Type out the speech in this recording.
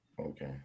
Okay